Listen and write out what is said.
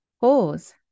pause